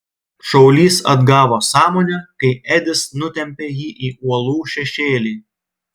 šaulys atgavo sąmonę kai edis nutempė jį į uolų šešėlį